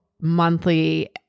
monthly